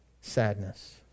sadness